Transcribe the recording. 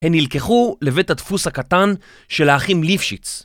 הם נלקחו לבית הדפוס הקטן של האחים ליפשיץ.